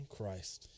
Christ